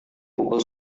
pukul